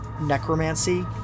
Necromancy